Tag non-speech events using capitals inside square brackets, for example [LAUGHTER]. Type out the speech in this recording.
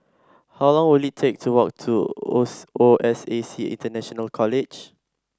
how long will it take to walk to [UNINTELLIGIBLE] O S A C International College